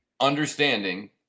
Understanding